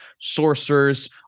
sorcerers